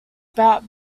about